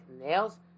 nails